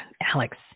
Alex